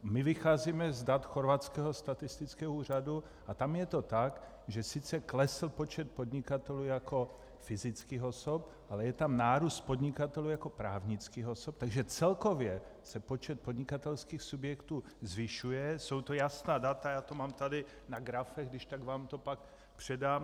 My vycházíme z dat chorvatského statistického úřadu a tam je to tak, že sice klesl počet podnikatelů jako fyzických osob, ale je tam nárůst podnikatelů jako právnických osob, takže celkově se počet podnikatelských subjektů zvyšuje, jsou to jasná data, mám to tady na grafech a když tak vám to pak předám.